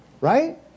Right